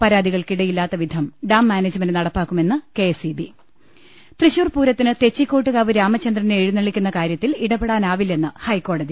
പരാതികൾക്ക് ഇടയില്ലാത്തവിധം dam management നടപ്പാക്കുമെന്ന് കെഎസ്ഇബി തൃശൂർപൂരത്തിന് തെച്ചിക്കോട്ട്കാവ് രാമചന്ദ്രനെ എഴുന്നള ളിക്കുന്ന കാര്യത്തിൽ ഇടപ്പെടാന്റാ്വില്ലെന്ന് ഹൈക്കോടതി